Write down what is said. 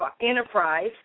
enterprise